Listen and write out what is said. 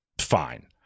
Fine